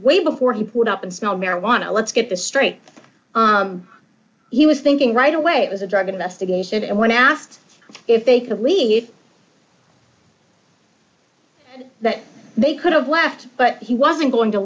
y before he would up and smell marijuana let's get this straight he was thinking right away it was a drug investigation and when asked if they could leave that they could've left but he wasn't going to